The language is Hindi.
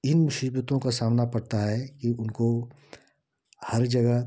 इन मुसीबतों का सामना पड़ता है कि उनको हर जगह